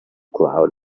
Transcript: cloud